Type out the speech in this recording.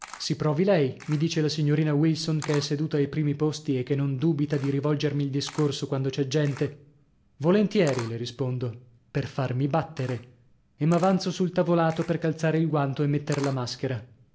si provi lei mi dice la signorina wilson che è seduta ai primi posti e che non dubita di rivolgermi il discorso quando c'è gente volentieri le rispondo per farmi battere e m'avanzo sul tavolato per calzare il guanto o metter la maschera